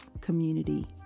community